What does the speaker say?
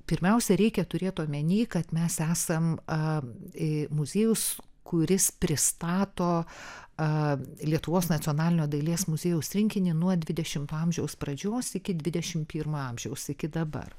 pirmiausia reikia turėt omeny kad mes esam a i muziejus kuris pristato a lietuvos nacionalinio dailės muziejaus rinkinį nuo dvidešimto amžiaus pradžios iki dvidešimt pirmo amžiaus iki dabar